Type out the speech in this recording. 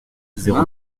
zéro